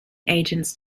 agents